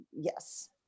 Yes